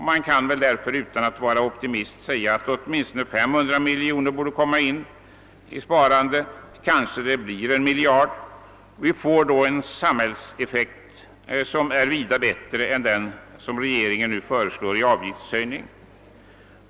Utan att vara optimist kan man därför säga att åtminstone 500 miljoner kronor torde kunna komma in; kanske beloppet blir 1 miljard. Vi får då en samhällseffekt som är vida bättre än den regeringen nu föreslår i avgiftshöjning.